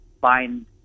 find